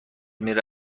میره